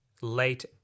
late